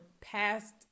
past